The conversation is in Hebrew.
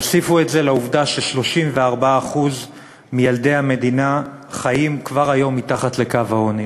תוסיפו את זה לעובדה ש-34% מילדי המדינה חיים כבר היום מתחת לקו העוני.